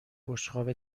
بشقاب